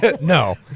no